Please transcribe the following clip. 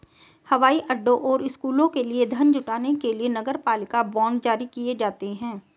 हवाई अड्डों और स्कूलों के लिए धन जुटाने के लिए नगरपालिका बांड जारी किए जाते हैं